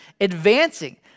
advancing